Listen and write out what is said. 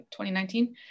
2019